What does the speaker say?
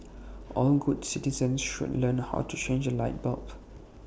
all good citizens should learn how to change A light bulb